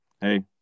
Hey